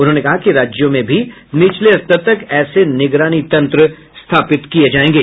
उन्होंने कहा कि राज्यों में भी निचले स्तर तक ऐसे निगरानी तंत्र स्थापित किये जायेंगे